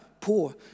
poor